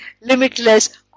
limitless